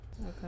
Okay